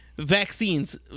vaccines